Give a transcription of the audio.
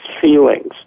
feelings